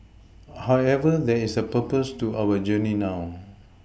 however there is a purpose to our journey now